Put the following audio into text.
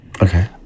Okay